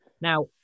Now